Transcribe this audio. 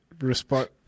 respond